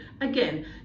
again